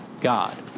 God